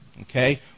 Okay